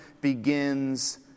begins